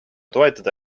toetada